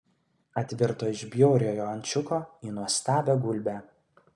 atvirto iš bjauriojo ančiuko į nuostabią gulbę